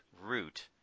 root